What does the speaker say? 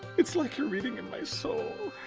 it's like you're reading in my soul.